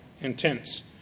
intense